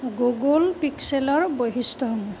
Google পিক্সেলৰ বৈশিষ্ট্যসমূহ